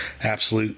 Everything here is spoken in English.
absolute